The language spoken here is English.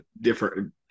different